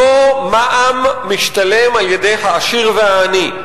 אותו מע"מ משתלם על-ידי העשיר והעני,